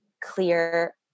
clear